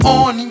on